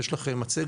יש לך מצגת,